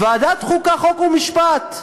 ועדת חוקה, חוק ומשפט,